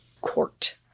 court